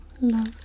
Love